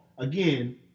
Again